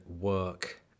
work